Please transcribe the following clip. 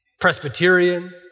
Presbyterians